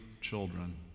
children